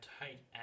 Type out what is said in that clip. tight